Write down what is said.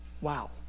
Wow